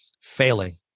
failing